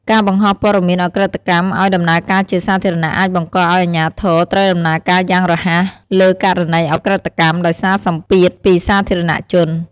ការបង្ហោះព័ត៌មានឧក្រិដ្ឋកម្មឲ្យ ដំណើរការជាសាធារណៈអាចបង្កឱ្យអាជ្ញាធរត្រូវដំណើរការយ៉ាងរហ័ស លើករណីឧក្រិដ្ឋកម្ម ដោយសារសម្ពាធពីសាធារណជន។